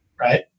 right